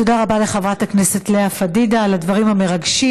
תודה רבה לחברת הכנסת לאה פדידה על הדברים המרגשים.